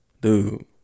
dude